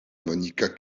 monica